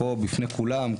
פה בפני כולם,